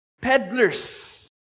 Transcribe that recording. peddlers